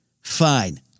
Fine